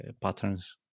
patterns